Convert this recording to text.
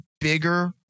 bigger